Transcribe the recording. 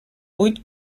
buit